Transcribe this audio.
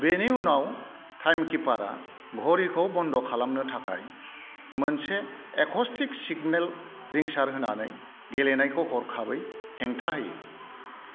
बिनि उनाव टाइमकीपारा घड़ीखौ बनद' खालामनो थाखाय मोनसे एक'सटिक सिगनाल रिंसार होनानै गेलेनायखौ हरखाबै हेंथा होयो